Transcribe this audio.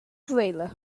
valour